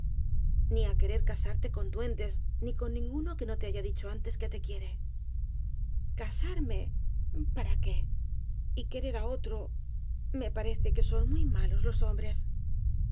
ni á querer casarte con duendes ni con ninguno que no te haya dicho antes que te quiere casarme para qué y querer á otro me parece que son muy malos los hombres